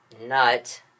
nut